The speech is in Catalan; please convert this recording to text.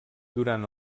durant